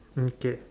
okay